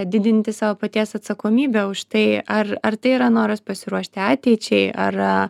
didinti savo paties atsakomybę už tai ar ar tai yra noras pasiruošti ateičiai ar